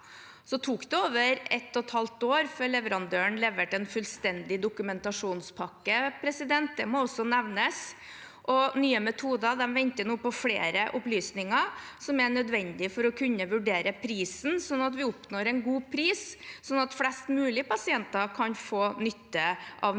Det tok over ett og et halvt år før leverandøren leverte en fullstendig dokumentasjonspakke – det må også nevnes. Nye metoder venter nå på flere opplysninger som er nødvendige for å kunne vurdere prisen, så vi oppnår en god pris, slik at flest mulig pasienter kan få nytte av nye